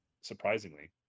surprisingly